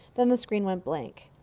then the screen went blank.